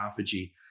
autophagy